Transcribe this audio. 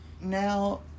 now